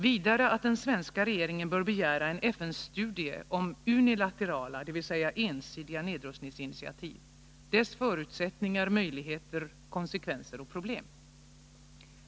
Vidare att den svenska regeringen bör begära en FN-studie om unilaterala, dvs. ensidiga nedrustningsinitiativ, deras förutsättningar, möjligheter, konsekvenser och problem.